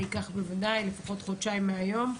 אקח בוודאי חודשיים מהיום,